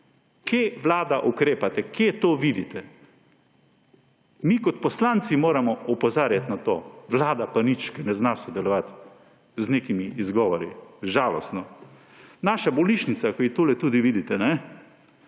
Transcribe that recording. Kje Vlada ukrepa? Kje to vidite? Mi kot poslanci moramo opozarjati na to, Vlada pa nič, ker ne zna sodelovati. Z nekimi izgovori. Žalostno. Naša bolnišnica, ki jo tule tudi vidite, sem